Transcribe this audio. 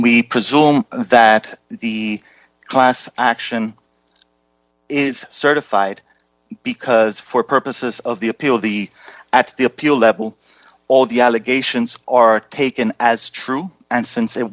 we presume that the class action is certified because for purposes of the appeal the at the appeal level all the allegations are taken as true and since it